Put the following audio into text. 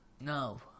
No